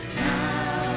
now